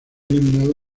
eliminado